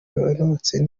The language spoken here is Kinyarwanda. yaronse